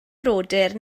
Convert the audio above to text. brodyr